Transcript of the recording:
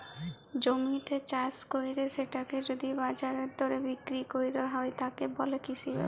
জমিতে চাস কইরে সেটাকে যদি বাজারের দরে বিক্রি কইর হয়, তাকে বলে কৃষি ব্যবসা